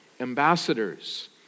ambassadors